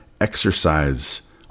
exercise